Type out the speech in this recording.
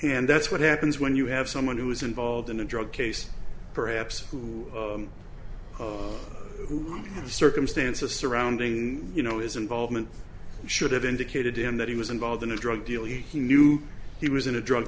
and that's what happens when you have someone who is involved in a drug case perhaps who who the circumstances surrounding you know his involvement should have indicated in that he was involved in a drug deal he knew he was in a drug